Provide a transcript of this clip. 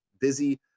busy